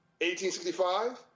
1865